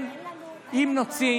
אין לנו בעיה עם הצדק.